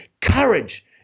courage